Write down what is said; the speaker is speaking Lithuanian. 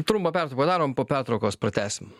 trumpą pertrauką padarom po pertraukos pratęsim